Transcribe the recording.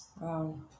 Wow